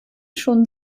schon